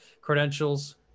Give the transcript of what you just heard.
credentials